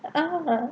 (uh huh)